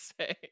say